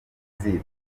zibwe